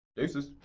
deuces,